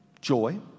joy